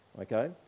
Okay